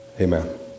Amen